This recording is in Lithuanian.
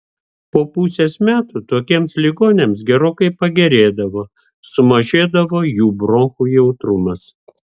po pusės metų tokiems ligoniams gerokai pagerėdavo sumažėdavo jų bronchų jautrumas